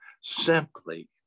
simply